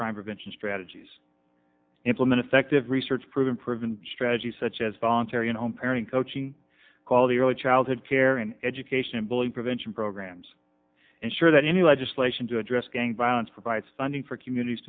crime prevention strategies implemented effectively research proven preventive strategies such as voluntary and home parent coaching quality early childhood care and education and bully prevention programs ensure that any legislation to address gang violence provides funding for communities